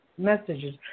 messages